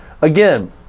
again